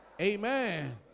Amen